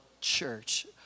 church